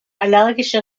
allergische